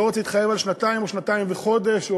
לא רוצה להתחייב על שנתיים או שנתיים וחודש,